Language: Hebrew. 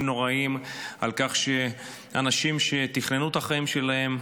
נוראים על כך שאנשים שתכננו את החיים שלהם,